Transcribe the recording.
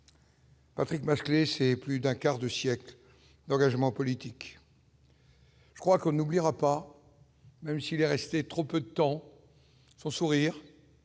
Patrick Masclet, c'est plus d'un quart de siècle d'engagement politique. Je crois qu'on n'oubliera pas, même s'il est resté trop peu de temps, son sourire,